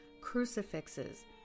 crucifixes